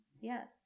Yes